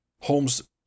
Holmes